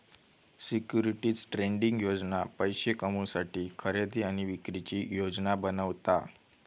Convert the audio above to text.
securities trading योजना पैशे कमवुसाठी खरेदी आणि विक्रीची योजना बनवता